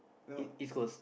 East East-Coast